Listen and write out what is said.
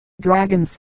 dragons